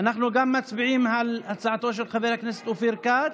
אנחנו מצביעים גם על הצעתו של חבר הכנסת אופיר כץ.